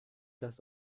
das